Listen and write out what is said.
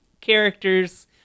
characters